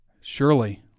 Surely